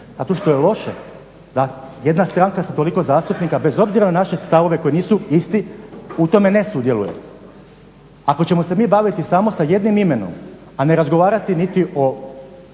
A to što je loše, da, jedna stranka sa toliko zastupnika bez obzira na naše stavove koji nisu isti, u tome ne sudjeluje. Ako ćemo se mi baviti samo sa jednim imenom, a ne razgovarati o